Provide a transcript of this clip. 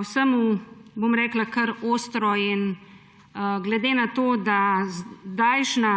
vsemu kar ostro in glede na to, da se je zdajšnja